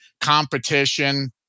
competition